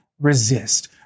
resist